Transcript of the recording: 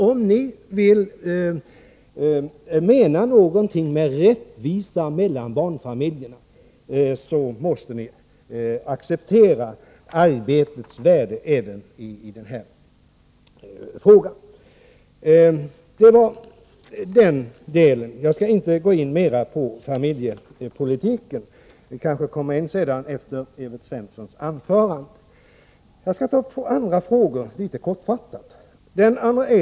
Om ni menar något med talet om rättvisa mellan barnfamiljerna måste ni acceptera arbetets värde även i denna fråga. Jag skall inte gå in mera på familjepolitiken, men jag kanske återkommer till den efter Evert Svenssons anförande. Jag skall i stället litet kortfattat ta upp två andra frågor.